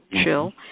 chill